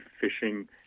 fishing